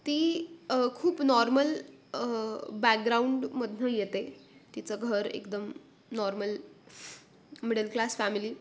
ती खूप नॉर्मल बॅकग्राऊंडमधून येते तिचं घर एकदम नॉर्मल मिडलक्लास फॅमिली